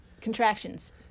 Contractions